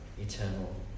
eternal